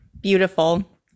beautiful